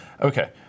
Okay